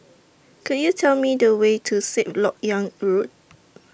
Could YOU Tell Me The Way to Sixth Lok Yang Road